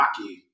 rocky